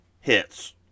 hits